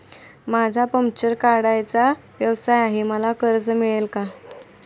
माझा पंक्चर काढण्याचा व्यवसाय आहे मला कर्ज मिळेल का?